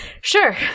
Sure